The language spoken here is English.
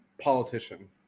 politician